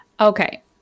Okay